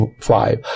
five